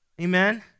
amen